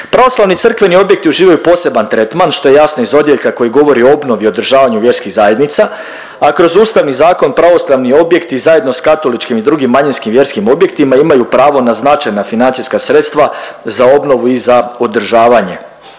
Pravoslavni crkveni objekti uživaju poseban trentman, što je jasno iz odjeljka koji govori o obnovi i održavanju vjerskih zajednica, a kroz ustavni zakon pravoslavni objekti, zajedno s katoličkim i drugim manjinskim vjerskih objektima imaju pravo na značajna financijska sredstva za obnovu i za održavanje.